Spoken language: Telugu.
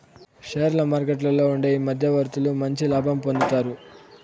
షేర్ల మార్కెట్లలో ఉండే ఈ మధ్యవర్తులు మంచి లాభం పొందుతారు